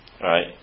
Right